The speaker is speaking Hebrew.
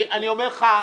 אני אומר לך,